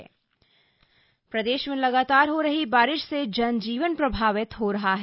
मौसम प्रदेश में लगातार हो रही बारिश से जनजीवन प्रभावित हो रहा है